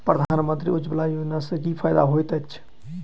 प्रधानमंत्री उज्जवला योजना सँ की फायदा होइत अछि?